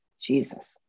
Jesus